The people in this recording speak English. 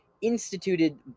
instituted